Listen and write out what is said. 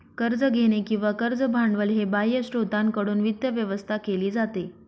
कर्ज घेणे किंवा कर्ज भांडवल हे बाह्य स्त्रोतांकडून वित्त व्यवस्था केली जाते